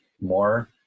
more